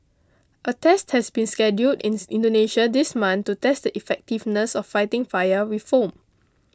a test has been scheduled in Indonesia this month to test the effectiveness of fighting fire with foam